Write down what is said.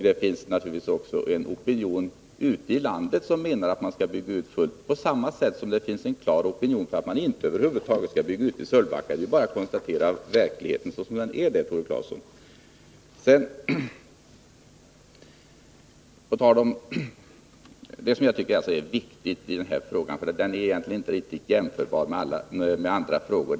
Det finns naturligtvis också en opinion ute i landet för att man skall bygga ut — på samma sätt som det finns en klar opinion för att man över huvud taget inte skall bygga ut vid Sölvbacka. Vi har bara att konstatera att detta är verkligheten, Tore Claeson. Den här frågan är inte riktigt jämförbar med andra frågor.